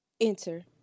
Enter